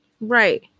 Right